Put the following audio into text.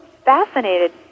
fascinated